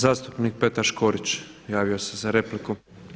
Zastupnik Petar Škorić javio se za repliku.